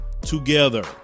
together